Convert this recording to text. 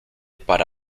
para